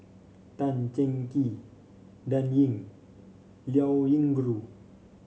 Tan Cheng Kee Dan Ying Liao Yingru